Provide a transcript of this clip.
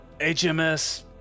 HMS